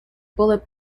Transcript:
bullet